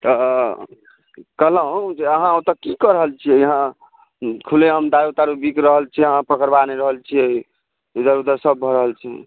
तऽ कहलहुँ जे अहाँ ओतऽ की कऽ रहल छियै इहाँ खुलेआम दारू तारू बिक रहल छै अहाँ पकड़बा नहि रहल छियै इधर उधर सभ भऽ रहल छै